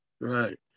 Right